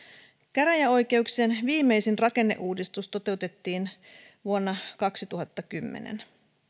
käräjäoikeuksien viimeisin rakenneuudistus toteutettiin vuonna kaksituhattakymmenen